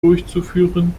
durchzuführen